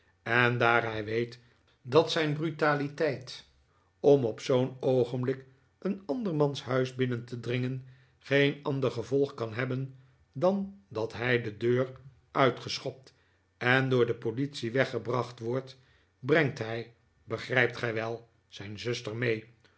en daar hij weet dat zijn brutaliteit om op zoo'n oogenblik een andermans huis binnen te dringen geen ander gevolg kan hebben dan dat hij de deur uit geschopt en door de politie weggebracht wordt brengt hij begrijpt gij wel zijn zuster mee